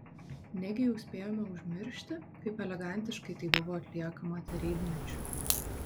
negi jau spėjome užmiršti kaip elegantiškai tai buvo atliekama tarybmečiu